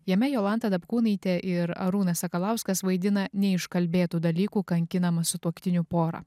jame jolanta dapkūnaitė ir arūnas sakalauskas vaidina neiškalbėtų dalykų kankinamą sutuoktinių porą